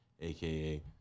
aka